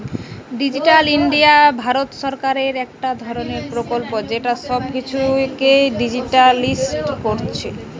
digital India ভারত সরকারের একটা ধরণের প্রকল্প যেটা সব কিছুকে ডিজিটালিসড কোরছে